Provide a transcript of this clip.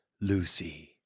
Lucy